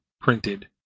printed